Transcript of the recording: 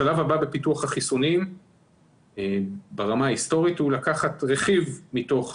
השלב הבא בפיתוח החיסונים ברמה ההיסטורית הוא לקחת רכיב מתוך